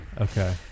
okay